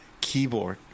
keyboard